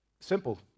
Simple